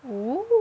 oo